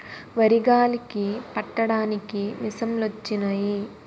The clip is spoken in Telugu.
వరి గాలికి పట్టడానికి మిసంలొచ్చినయి